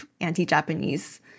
anti-Japanese